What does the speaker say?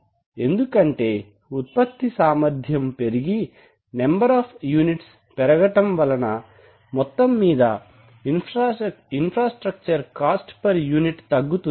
ఎందుకంటే ఉత్పత్తి సామర్ధ్యం పెరిగి నెంబర్ ఆఫ్ యూనిట్స్ పెరగడం వలన మొత్తం మీద ఇన్ఫ్రాస్ట్రక్చర్ కాస్ట్ పర్ యూనిట్ తగ్గుతుంది